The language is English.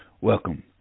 Welcome